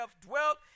dwelt